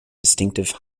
distinctive